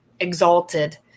exalted